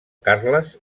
carles